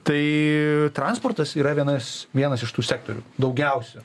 tai transportas yra vienas vienas iš tų sektorių daugiausių